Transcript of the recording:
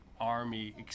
Army